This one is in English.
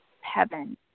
heaven